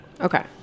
Okay